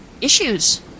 issues